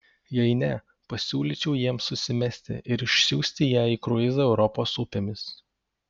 jei ne pasiūlyčiau jiems susimesti ir išsiųsti ją į kruizą europos upėmis